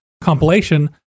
compilation